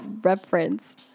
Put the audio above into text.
reference